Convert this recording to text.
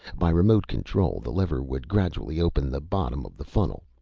by remote control, the lever would gradually open the bottom of the funnel.